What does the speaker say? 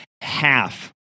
half